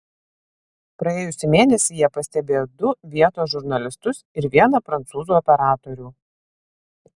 praėjusį mėnesį jie pastebėjo du vietos žurnalistus ir vieną prancūzų operatorių